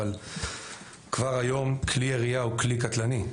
אבל כבר היום כלי ירייה הוא כלי קטלני,